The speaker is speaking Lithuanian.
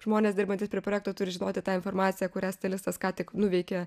žmonės dirbantys prie projekto turi žinoti tą informaciją kurią stilistas ką tik nuveikė